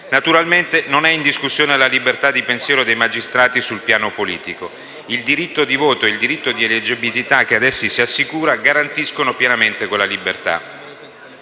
Naturalmente non è in discussione la libertà di pensiero dei magistrati sul piano politico: il diritto di voto e il diritto di eleggibilità che ad essi si assicura garantiscono pienamente quella libertà.